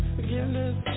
forgiveness